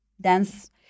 Dance